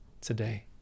today